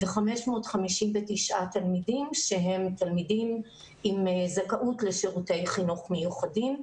ו-559 תלמידים שהם תלמידים עם זכאות לשירותי חינוך מיוחדים.